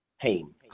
pain